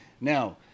Now